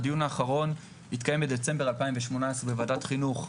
הדיון האחרון התקיים בדצמבר 2018, בוועדת חינוך,